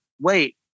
wait